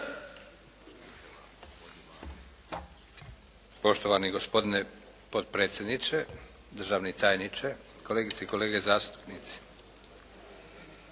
Poštovani gospodine potpredsjedniče, državni tajniče, kolegice i kolege zastupnici.